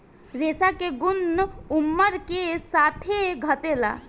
रेशा के गुन उमर के साथे घटेला